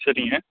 சரிங்க